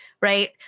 right